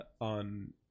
on